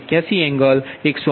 81 angle 108